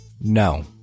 No